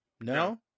No